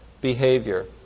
behavior